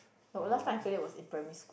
no last time I played that was in primary school